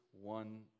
one